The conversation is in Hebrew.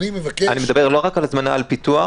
אני מדבר לא רק על הזמנה על פיתוח,